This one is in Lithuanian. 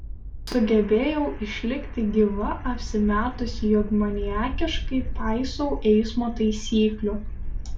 sugebėjau išlikti gyva apsimetusi jog maniakiškai paisau eismo taisyklių